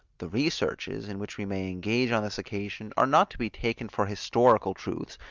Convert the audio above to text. the researches, in which we may engage on this occasion, are not to be taken for historical truths,